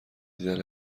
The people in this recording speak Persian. دیدن